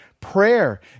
prayer